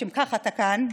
לשם כך אתה כאן,